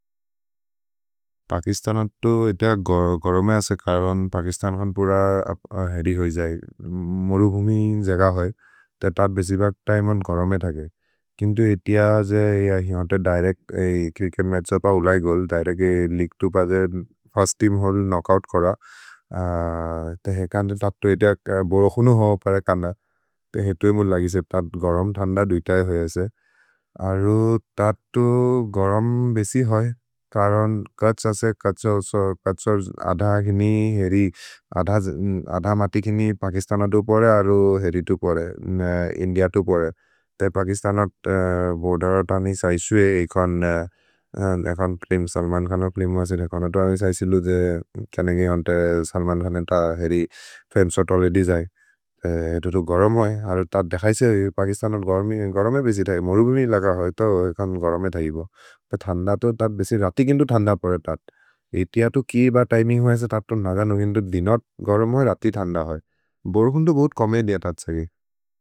पकिस्तन तो इत गरोमे असे करन् पकिस्तन अन्पुर हरि होइ जये। मोरु भुमि जेग होइ। त तत् बेसि बक्त इमन् गरोमे थगे। किन्तु एतिय जे हिअन्ते दिरेच्त् च्रिच्केत् मत्छ् उप उलै गोल्, दिरेच्त् के लेअगुए दो पजे, फिर्स्त् तेअम् होले क्नोच्क् ओउत् कोर। ते हेकन्ते तत् तो इत बोरोकुनु हो पर कन्द। ते हेतु एमोल् लगिसे, तत् गरोम् थन्द दुइत हे होइ असे। अरु तत् तो गरोम् बेसि होइ। करन् कछ् असे, कछ् सो अध मतिक् हिनि पकिस्तन तो परे, अरु हेरि तो परे, इन्दिअ तो परे। ते पकिस्तन बोर्देर् त नि सैसु ए, एकोन् फिल्म् सल्मन् खनर् फिल्म् मजिन्, एकोन् तो अमि सैसि लुजे, क्यने गेअन्ते सल्मन् खनर् त हेरि फ्रमे शोत् ओले दि जये। एतो तो गरोम् होइ। अरु तत् देखैसे पकिस्तन तो गरोमे बेसि थगे। मोरु भुमि लग होइ तो एकोन् गरोमे थगे बो। तत् बेसि रति किन्तु थन्द परे तत्। एतिय तु किये ब तिमिन्ग् होइ असे तत् तो नगनो, किन्तु दिनत् गरोम् होइ, रति थन्द होइ। भोरोकुन् तो बोहोत् कमे दिय तत् सगे।